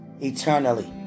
eternally